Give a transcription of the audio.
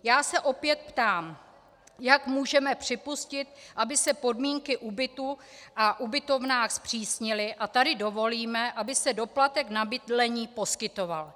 Já se opět ptám: Jak můžeme připustit, aby se podmínky u bytů a ubytoven zpřísnily, a tady dovolíme, aby se doplatek na bydlení poskytoval?